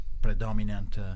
predominant